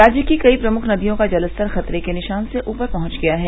राज्य की कई प्रमुख नदियों का जलस्तर खतरे के निशान से ऊपर पहुंच गया है